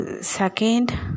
Second